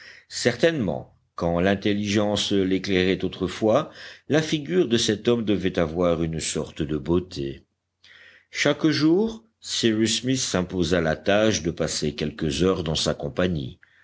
certainement quand l'intelligence l'éclairait autrefois la figure de cet homme devait avoir une sorte de beauté chaque jour cyrus smith s'imposa la tâche de passer quelques heures dans sa compagnie